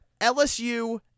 LSU